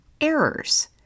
errors